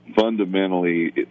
fundamentally